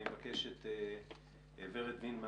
אני מבקש לשמוע את ורד וינדמן